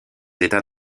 états